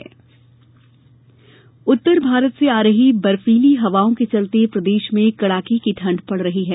मौसम ठंड उत्तर से आ रही बर्फीली हवाओं के चलते प्रदेश में कड़ाके की ठंड पड़ रही है